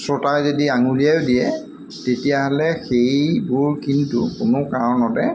শ্ৰুতাই যদি আঙুলিয়াও দিয়ে তেতিয়াহ'লে সেইবোৰ কিন্তু কোনো কাৰণতে